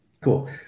Cool